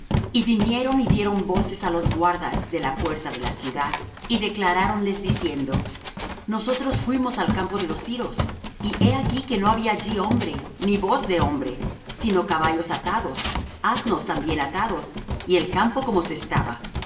y vinieron y dieron voces á los guardas de la puerta de la ciudad y declaráronles diciendo nosotros fuimos al campo de los siros y he aquí que no había allí hombre ni voz de hombre sino caballos atados asnos también atados y el campo como se estaba